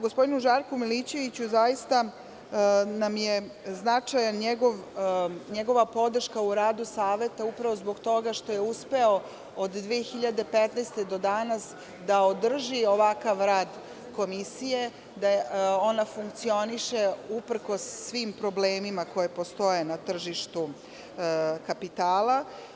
Gospodinu Žarku Milićeviću, zaista nam je značajna njegova podrška u radu saveta, upravo zbog toga što je uspeo od 2015. godine do danas da održi ovakav rad Komisije, da ona funkcioniše uprkos svim problemima koji postoje na tržištu kapitala.